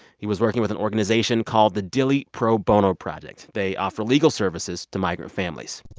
he was working with an organization called the dilley pro bono project. they offer legal services to migrant families